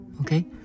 Okay